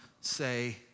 say